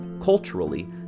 Culturally